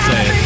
Say